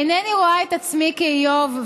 אינני רואה את עצמי כאיוב,